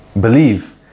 believe